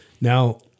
Now